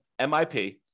MIP